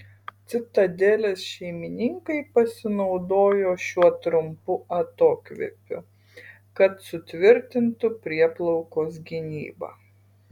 citadelės šeimininkai pasinaudojo šiuo trumpu atokvėpiu kad sutvirtintų prieplaukos gynybą